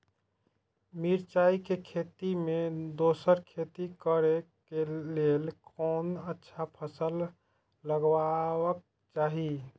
मिरचाई के खेती मे दोसर खेती करे क लेल कोन अच्छा फसल लगवाक चाहिँ?